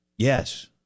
Yes